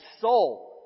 soul